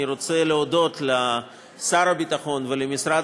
אני רוצה להודות לשר הביטחון ולמשרד